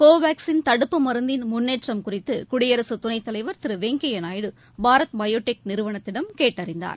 கோவாக்ஸின் தடுப்பு மருந்தின் முன்னேற்றம் குறித்து குடியரசுத் துணைத்தலைவர் திரு வெங்கையா நாயுடு பாரத் பயோடெக் நிறுவனத்திடம் கேட்டறிந்தார்